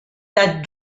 that